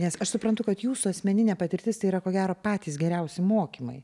nes aš suprantu kad jūsų asmeninė patirtis tai yra ko gero patys geriausi mokymai